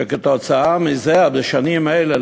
שכתוצאה מזה בשנים האלה,